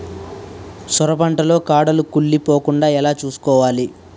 సొర పంట లో కాడలు కుళ్ళి పోకుండా ఎలా చూసుకోవాలి?